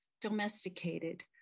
domesticated